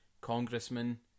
congressman